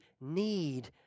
need